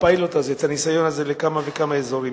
הפיילוט הזה, את הניסיון הזה, לכמה וכמה אזורים.